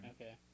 Okay